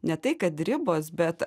ne tai kad ribos bet